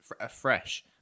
afresh